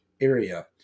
area